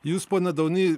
jūs pone daunį